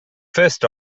first